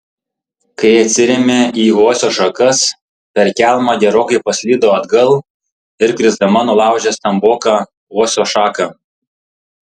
kai atsirėmė į uosio šakas per kelmą gerokai paslydo atgal ir krisdama nulaužė stamboką uosio šaką